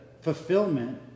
fulfillment